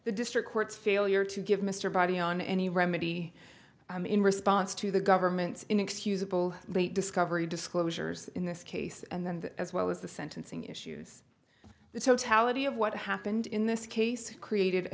the district court's failure to give mr body on any remedy in response to the government's inexcusable late discovery disclosures in this case and as well as the sentencing issues the totality of what happened in this case created a